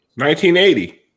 1980